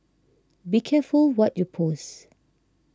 be careful what you post